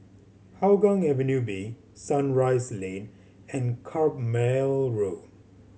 Hougang Avenue B Sunrise Lane and Carpmael Road